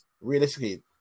realistically